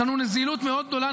יש לנו נזילות מאוד גדולה,